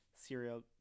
Serial